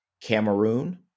Cameroon